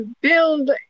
build